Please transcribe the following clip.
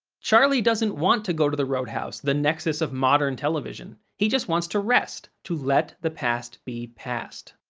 charlie doesn't want to go to the roadhouse, the nexus of modern television. he just wants to rest, to let the past be passed.